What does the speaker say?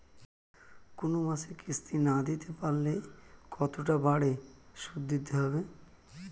কোন মাসে কিস্তি না দিতে পারলে কতটা বাড়ে সুদ দিতে হবে?